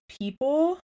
people